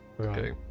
Okay